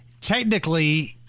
Technically